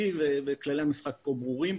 הסביבתי וכללי המשחק פה ברורים.